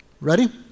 Ready